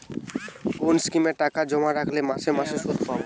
কোন স্কিমে টাকা জমা রাখলে মাসে মাসে সুদ পাব?